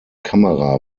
kamera